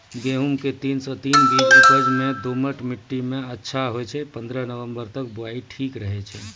गेहूँम के तीन सौ तीन बीज उपज मे दोमट मिट्टी मे अच्छा होय छै, पन्द्रह नवंबर तक बुआई ठीक रहै छै